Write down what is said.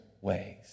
ways